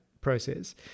process